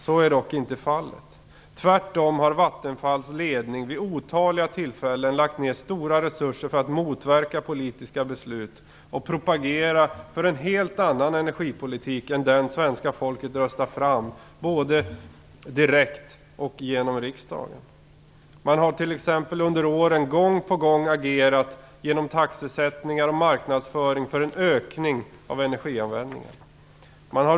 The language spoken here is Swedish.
Det har man dock inte gjort. Tvärtom har Vattenfalls ledning vid otaliga tillfällen lagt ner stora resurser för att motverka politiska beslut och propagera för en helt annan energipolitik än den svenska folket röstat fram, både direkt och genom riksdagen. Man har t.ex. under åren gång på gång, genom taxesättning och marknadsföring, agerat för en ökning av energianvändningen.